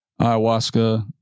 ayahuasca